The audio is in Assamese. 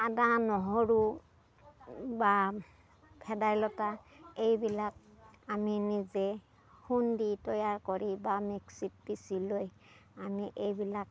আদা নহৰু বা ভেদাইলতা এইবিলাক আমি নিজে খুন্দি তৈয়াৰ কৰি বা মিক্সিত পিচি লৈ আমি এইবিলাক